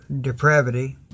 depravity